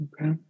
Okay